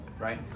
right